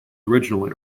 originally